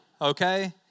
okay